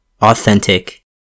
authentic